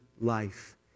life